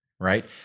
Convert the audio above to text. Right